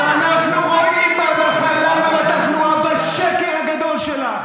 ואנחנו רואים, במחלה ובתחלואה, את השקר הגדול שלך.